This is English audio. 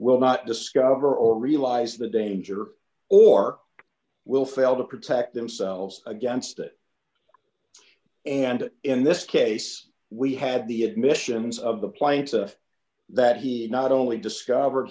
will not discover or realize the danger or will fail to protect themselves against it and in this case we had the admissions of the plaintiff that he not only discovered